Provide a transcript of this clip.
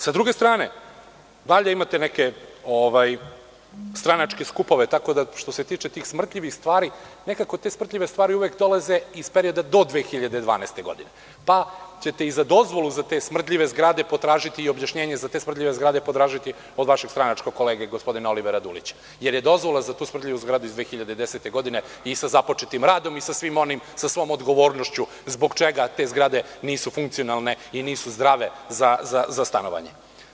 Sa druge strane valjda imate neke stranačke skupove, tako da što se tiče tih smrdljivih stvari, nekako te smrdljive stvari uvek dolaze iz perioda do 2012. godine, pa ćete i za dozvolu za te smrdljive zgrade potražiti i objašnjenje za te smrdljive zgrade potražiti od vašeg stranačkog kolege, gospodina Olivera Dulić, jer je dozvola za tu smrdljivu zgradu iz 2010. godine i sa započetim radom i sa svom odgovornošću zbog čega te zgrade nisu funkcionalne i nisu zdrave za stanovanje.